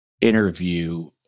interview